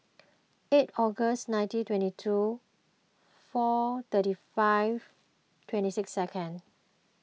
eight Octs ninteen twenty two four thirty five twenty six second